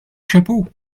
chapeaux